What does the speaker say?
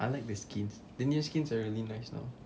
I like the skins the new skins are really nice now